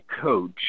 coach